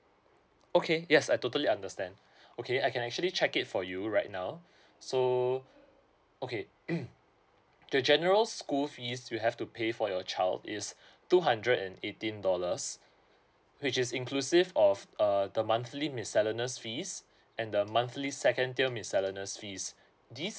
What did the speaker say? okay yes I totally understand okay I can actually check it for you right now so okay the general school fees you have to pay for your child is two hundred and eighteen dollars which is inclusive of uh the monthly miscellaneous fees and the monthly second tier miscellaneous fees these